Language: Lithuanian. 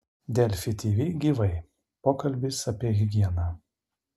delfi tv gyvai pokalbis apie higieną